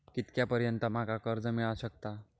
कितक्या पर्यंत माका कर्ज मिला शकता?